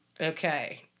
Okay